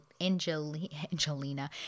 Angelina